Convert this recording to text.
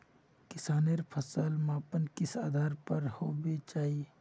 किसानेर फसल मापन किस आधार पर होबे चही?